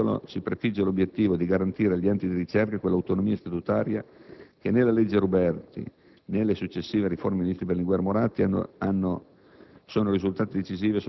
Il disegno di legge in titolo si prefigge l'obiettivo di garantire agli enti di ricerca quell'autonomia statutaria per la quale né la legge Ruberti, né le successive riforme dei ministri Berlinguer e Moratti sono